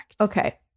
okay